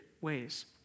ways